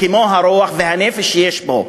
כמו הרוח והנפש שיש בו,